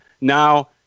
Now